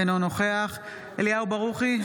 אינו נוכח אליהו ברוכי,